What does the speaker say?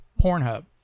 Pornhub